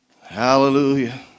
Hallelujah